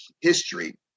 history